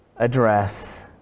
address